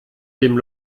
dem